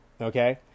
Okay